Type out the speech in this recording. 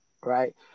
Right